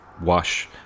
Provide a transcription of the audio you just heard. wash